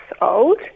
old